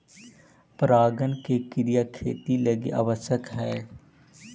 परागण के क्रिया खेती लगी आवश्यक हइ